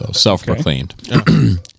self-proclaimed